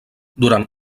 durant